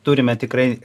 turime tikrai